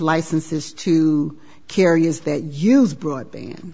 licenses to carry is that use broadband